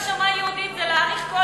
נשמה יהודית זה גם להעריך,